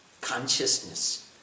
consciousness